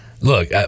look